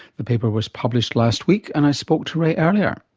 the paper was published last week and i spoke to ray earlier.